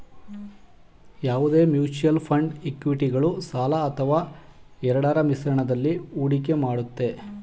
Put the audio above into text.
ಯಾವುದೇ mutual fund ಇಕ್ವಿಟಿಗಳು ಸಾಲ ಅಥವಾ ಎರಡರ ಮಿಶ್ರಣದಲ್ಲಿ ಹೂಡಿಕೆ ಮಾಡುತ್ತೆ